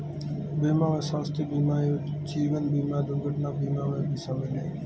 बीमा में स्वास्थय बीमा जीवन बिमा दुर्घटना बीमा भी शामिल है